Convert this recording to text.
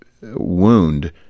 wound